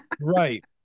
Right